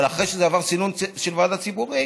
אבל אחרי שזה עבר סינון של ועדה ציבורית